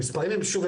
המספרים הם שוב,